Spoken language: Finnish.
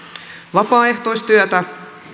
vapaaehtoistyötä